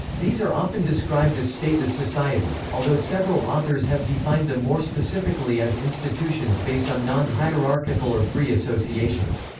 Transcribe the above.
these are often described as stateless societies, although several authors have defined them more specifically as institutions based on non-hierarchical or free associations.